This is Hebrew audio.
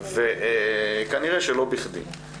וכנראה שלא בכדי.